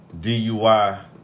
dui